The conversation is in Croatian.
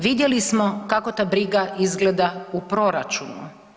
Vidjeli smo kako ta briga izgleda u proračunu.